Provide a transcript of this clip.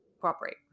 cooperate